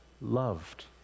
loved